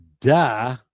Duh